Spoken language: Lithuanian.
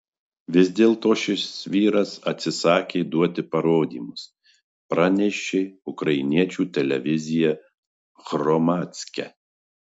vis dėlto šis vyras atsisakė duoti parodymus pranešė ukrainiečių televizija hromadske